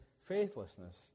faithlessness